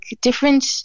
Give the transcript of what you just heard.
different